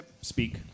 speak